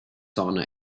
sauna